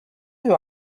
you